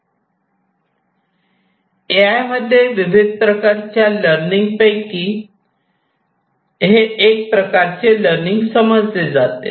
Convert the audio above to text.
ए I मध्ये विविध प्रकारच्या लर्निंग पैकी हे एक प्रकारचे लर्निंग समजले जाते